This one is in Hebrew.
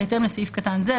בהתאם לסעיף קטן זה,